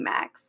Max